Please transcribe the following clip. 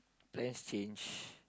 let's change